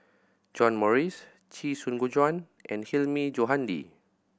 John Morrice Chee Soon Juan and Hilmi Johandi